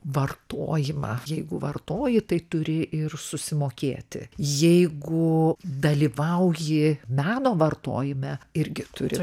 vartojimą jeigu vartoji tai turi ir susimokėti jeigu dalyvauji meno vartojime irgi turi